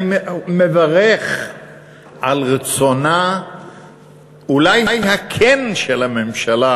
אני מברך על רצונה אולי הכן של הממשלה,